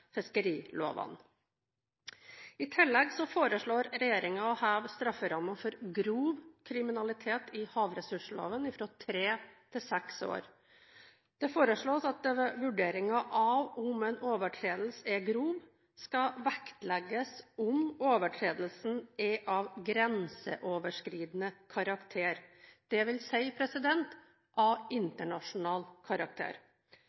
fiskerilovene. I tillegg foreslår regjeringen å heve strafferammen for grov kriminalitet i havressursloven fra tre til seks år. Det foreslås at det ved vurderingen av om en overtredelse er grov, skal vektlegges om overtredelsen er av grenseoverskridende karakter, dvs. av internasjonal karakter.